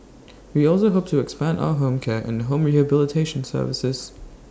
we also hope to expand our home care and home rehabilitation services